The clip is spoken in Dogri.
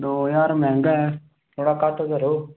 दौ ज्हार मैहंगा ऐ थोह्ड़ा घट्ट करो